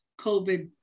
COVID